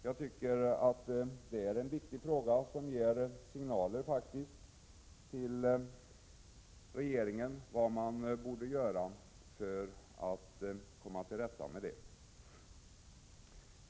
Jag tycker att detta är en viktig fråga, som faktiskt ger signaler till regeringen vad man borde göra för att komma till rätta med problemet.